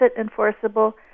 enforceable